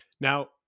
Now